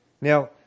Now